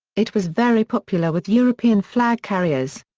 it was very popular with european flag carriers.